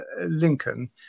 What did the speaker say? Lincoln